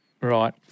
right